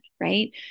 right